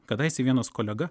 kadaise vienas kolega